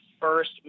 first